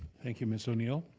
thank you miss o'neill.